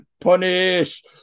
punish